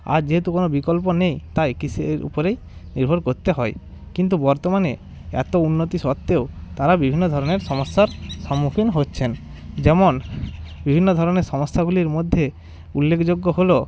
আর যেহেতু কোনো বিকল্প নেই তাই কৃষির উপরেই নির্ভর করতে হয় কিন্তু বর্তমানে এত উন্নতি সত্ত্বেও তারা বিভিন্ন ধরনের সমস্যার সম্মুখীন হচ্ছেন যেমন বিভিন্ন ধরনের সমস্যাগুলির মধ্যে উল্লেকযোগ্য হল